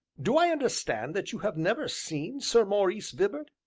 do i understand that you have never seen sir maurice vibart,